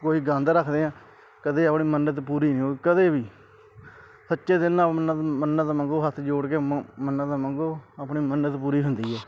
ਕੋਈ ਗੰਦ ਰੱਖਦੇ ਹਾਂ ਕਦੇ ਆਪਣੀ ਮੰਨਤ ਪੂਰੀ ਨਹੀਂ ਹੋਈ ਕਦੇ ਵੀ ਸੱਚੇ ਦਿਲ ਨਾਲ ਮੰਨਤ ਮੰਨਤ ਮੰਗੋ ਹੱਥ ਜੋੜ ਕੇ ਮ ਮੰਨਤ ਮੰਗੋ ਆਪਣੀ ਮੰਨਤ ਪੂਰੀ ਹੁੰਦੀ ਹੈ